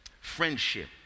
friendship